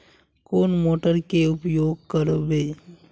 कौन मोटर के उपयोग करवे?